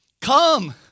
come